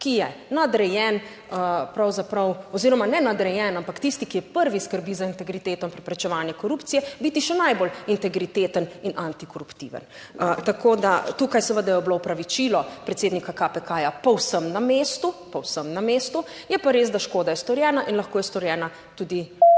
ki je nadrejen pravzaprav oziroma ne nadrejen, ampak tisti, ki je prvi, skrbi za integriteto in preprečevanje korupcije biti še najbolj integriteten in antikoruptiven. Tako da tukaj seveda je bilo opravičilo predsednika KP povsem na mestu, povsem na mestu, je pa res, da škoda je storjena in lahko je storjena tudi